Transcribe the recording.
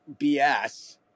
BS